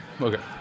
okay